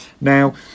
now